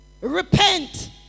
repent